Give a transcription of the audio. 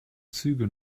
züge